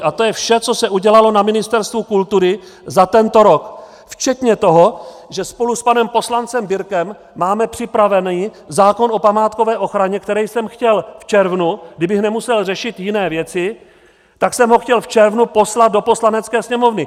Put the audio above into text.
A to je vše, co se udělalo na Ministerstvu kultury za tento rok, včetně toho, že spolu s panem poslancem Birke máme připravený zákon o památkové ochraně, který jsem chtěl v červnu, kdybych nemusel řešit jiné věci, tak jsem ho chtěl v červnu poslat do Poslanecké sněmovny.